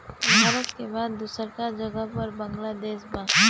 भारत के बाद दूसरका जगह पर बांग्लादेश बा